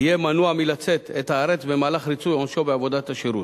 יהיה מנוע מלצאת את הארץ במהלך ריצוי עונשו בעבודת השירות.